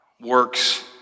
works